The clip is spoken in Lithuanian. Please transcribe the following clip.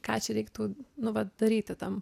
ką čia reiktų nu vat daryti tam